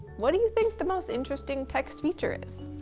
what do you think the most interesting text feature is?